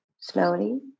slowly